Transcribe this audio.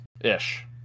ish